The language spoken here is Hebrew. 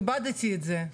איבדתי את זה.